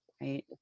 Right